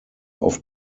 oft